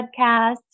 podcast